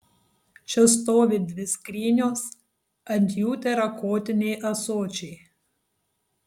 čia stovi dvi skrynios ant jų terakotiniai ąsočiai